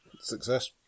Success